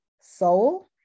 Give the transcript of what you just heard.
soul